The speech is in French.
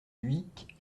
dhuicq